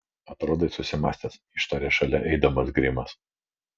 atrodai susimąstęs ištarė šalia eidamas grimas